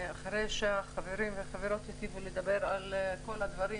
אחרי שהחברים והחברות הטיבו לדבר על כל הדברים